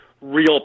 real